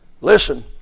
Listen